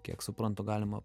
kiek suprantu galima